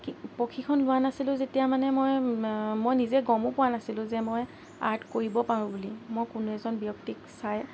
প্ৰশিক্ষণ লোৱা নাছিলোঁ যেতিয়া মানে মই মই নিজে গমো পোৱা নাছিলোঁ যে মই আৰ্ট কৰিব পাৰোঁ বুলি মই কোনো এজন ব্যক্তিক চাই